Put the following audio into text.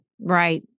Right